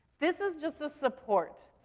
this is just a support.